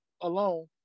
alone